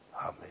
Amen